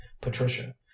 patricia